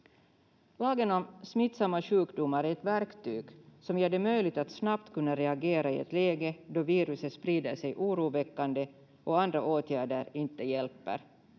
Lagen om smittsamma sjukdomar är ett verktyg som gör det möjligt att snabbt kunna reagera i ett läge då viruset sprider sig oroväckande och andra åtgärder inte hjälper.